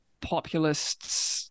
populists